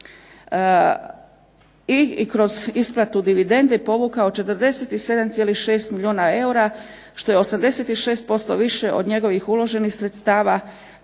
i kroz isplatu dividende povukao 47,6 milijuna eura, što je 86% više od njegovih uloženih sredstava,